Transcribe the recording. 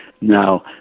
now